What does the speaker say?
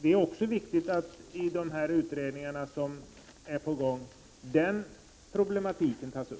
Det är viktigt att den problematiken tas uppi de utredningar som pågår.